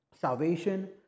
Salvation